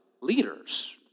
leaders